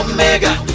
Omega